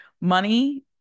Money